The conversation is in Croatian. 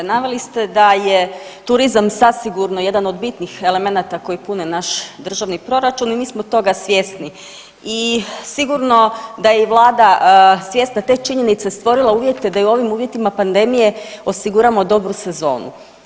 Naveli ste da je turizam zasigurno jedan od bitnih elemenata koji pune naš Državni proračun i mi smo toga svjesni i sigurno da je i Vlada svjesna te činjenice stvorila uvjete da i u ovim uvjetima pandemije osiguramo dobru sezonu.